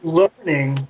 learning